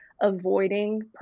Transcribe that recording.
avoiding